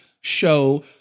show